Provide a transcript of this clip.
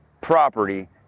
Property